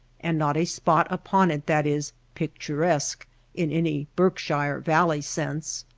and not a spot upon it that is picturesque in any berkshire val ley sense.